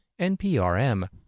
NPRM